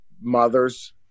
mothers